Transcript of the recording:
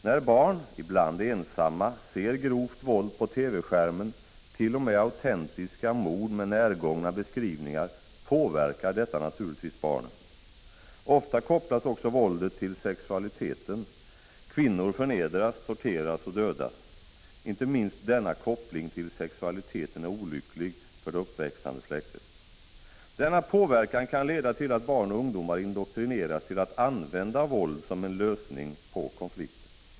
När barn, ibland ensamma, ser grovt våld på TV-skärmen, t.o.m. autentiska mord med närgångna beskrivningar, påverkar detta naturligtvis barnen. Ofta kopplas också våldet till sexualiteten, kvinnor förnedras, torteras och dödas. Inte minst denna koppling till sexualiteten är olycklig för det uppväxande släktet. Denna påverkan kan leda till att barn och ungdomar indoktrineras till att använda våld som en lösning på konflikter.